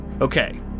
Okay